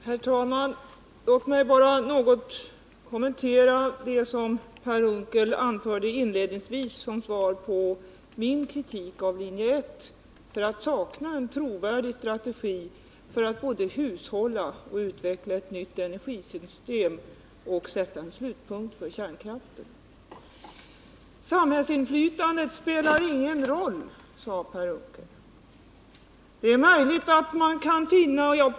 Herr talman! Låt mig bara något kommentera det som Per Unckel anförde inledningsvis som svar på min kritik av linje 1 — att den saknar en trovärdig strategi för att både hushålla och utveckla ett nytt energisystem och sätta en slutpunkt för kärnkraften. Samhällets inflytande spelar ingen roll, sade Per Unckel.